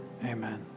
Amen